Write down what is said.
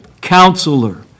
Counselor